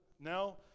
Now